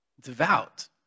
devout